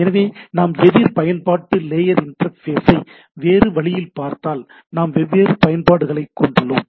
எனவே நாம் எதிர் பயன்பாட்டு லேயர் இண்டர்ஃபேஸை வேறு வழியில் பார்த்தால் நாம் வெவ்வேறு பயன்பாடுகளை கொண்டுள்ளோம்